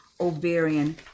ovarian